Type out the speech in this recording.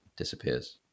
disappears